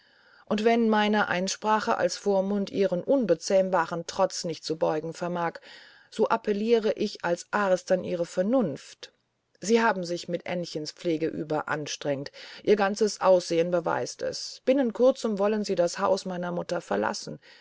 und wenn meine einsprache als vormund ihren unbezähmbaren trotz nicht zu beugen vermag so appelliere ich jetzt als arzt an ihre vernunft sie haben sich bei aennchens pflege überangestrengt ihr ganzes aussehen beweist es binnen kurzem wollen sie das haus meiner mutter verlassen